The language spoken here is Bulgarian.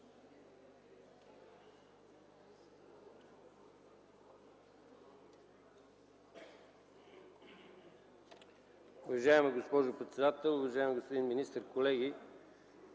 Уважаема госпожо председател, уважаеми господин министър, колеги!